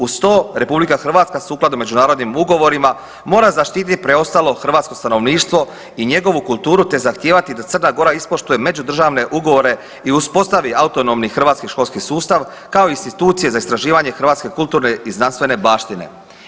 Uz to, RH sukladno međunarodnim ugovorima mora zaštiti preostalo hrvatsko stanovništvo i njegovu kulturu te zahtijevati da Crna Gora ispoštuje međudržavne ugovore i uspostavi autonomni hrvatski školski sustav kao institucije za istraživanje hrvatske kulturne i znanstvene baštine.